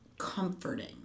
Comforting